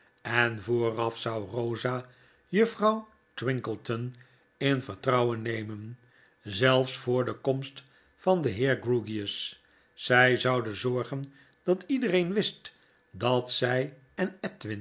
en vooraf zou eosa juffrouw twinkleton in vertrouwen nemen zelfs vtfor de komst van den heer grewgious zij zouden zorgen dat iedereen wist dat zj eu